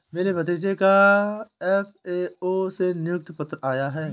मेरे भतीजे का एफ.ए.ओ से नियुक्ति पत्र आया है